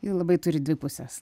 ji labai turi dvi puses